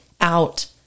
out